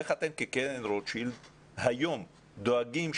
איך אתם כקרן רוטשילד היום דואגים,